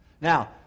Now